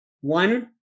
one